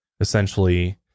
Essentially